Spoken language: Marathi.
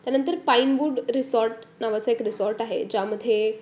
त्यानंतर पाईनवूड रिसॉर्ट नावाचं एक रिसॉर्ट आहे ज्यामध्ये